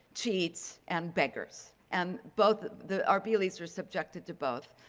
cheats and beggars. and both the arbeelys' were subjected to both.